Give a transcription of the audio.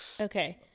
Okay